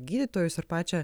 gydytojus ir pačią